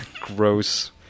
Gross